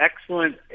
Excellent